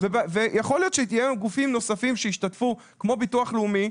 יכול להיות שיהיו גופים נוספים שישתתפו כמו ביטוח לאומי,